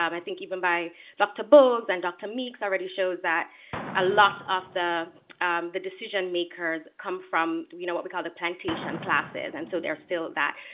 um i think even by dr. bogues and dr. meeks, already shows that a lot of the the decision makers come from you know what we call the plantation classes. and so they're still that.